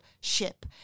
ship